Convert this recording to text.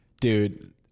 Dude